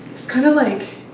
it's kinda like.